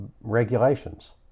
regulations